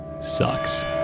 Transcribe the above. sucks